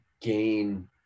gain